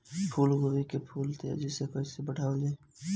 फूल गोभी के फूल तेजी से कइसे बढ़ावल जाई?